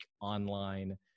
online